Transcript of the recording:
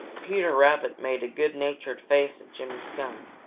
peter rabbit made a good-natured face at jimmy skunk,